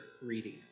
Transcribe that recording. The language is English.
reading